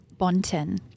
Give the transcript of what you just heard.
Bonten